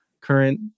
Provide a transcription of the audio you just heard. current